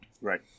Right